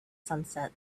sunset